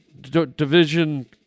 Division